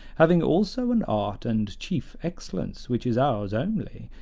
having also an art and chief excellence which is ours only,